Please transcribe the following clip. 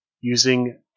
using